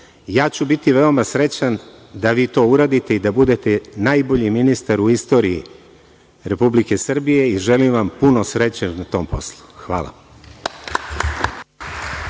ću biti veoma srećan da vi to uradite i da budete najbolji ministar u istoriji Republike Srbije i želim vam puno sreće u tom poslu. Hvala.